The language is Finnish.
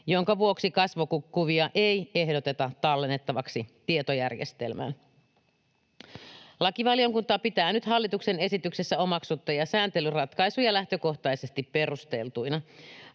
vaatimusta, kasvokuvia ei ehdoteta tallennettavaksi tietojärjestelmään. Lakivaliokunta pitää nyt hallituksen esityksessä omaksuttuja sääntelyratkaisuja lähtökohtaisesti perusteltuina.